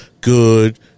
Good